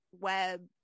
web